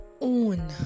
own